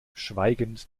schweigend